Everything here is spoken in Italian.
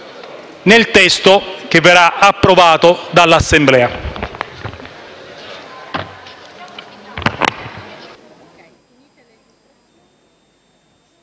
nel testo che verrà approvato dall'Assemblea.